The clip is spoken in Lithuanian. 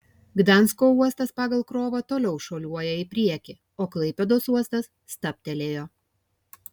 gdansko uostas pagal krovą toliau šuoliuoja į priekį o klaipėdos uostas stabtelėjo